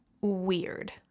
weird